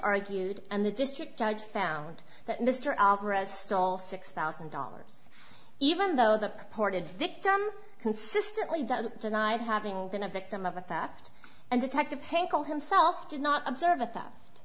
argued and the district judge found that mr alvarez stole six thousand dollars even though the ported victim consistently denied having been a victim of the theft and detective pinkel himself did not observe it